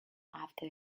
after